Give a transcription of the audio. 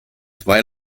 zwei